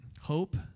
Hope